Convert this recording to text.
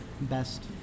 best